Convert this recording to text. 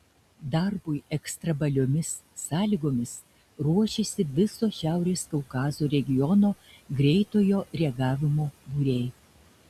darbui ekstremaliomis sąlygomis ruošiasi viso šiaurės kaukazo regiono greitojo reagavimo būriai